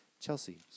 Chelsea